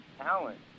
talent